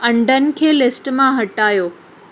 अंडनि खे लिस्ट मां हटायो